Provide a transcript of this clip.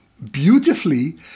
beautifully